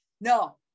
No